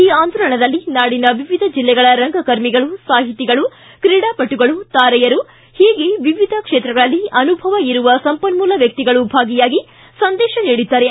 ಈ ಆಂದೋಲನದಲ್ಲಿ ನಾಡಿನ ವಿವಿಧ ಜಿಲ್ಲೆಗಳ ರಂಗಕರ್ಮಿಗಳು ಸಾಹಿತಿಗಳು ತ್ರೀಡಾಪಟುಗಳು ತಾರೆಯರು ಹೀಗೆ ವಿವಿಧ ಕ್ಷೇತ್ರಗಳಲ್ಲಿ ಅನುಭವ ಇರುವ ಸಂಪನ್ನೂಲ ವ್ಯಕ್ತಿಗಳು ಭಾಗಿಯಾಗಿ ಸಂದೇತ ನೀಡಿದ್ದಾರೆ